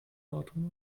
nordhorn